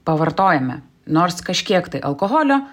pavartojame nors kažkiek alkoholio